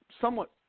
Somewhat